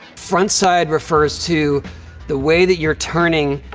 front side refers to the way that you're turning,